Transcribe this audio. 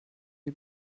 die